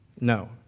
No